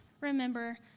remember